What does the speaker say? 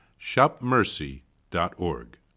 shopmercy.org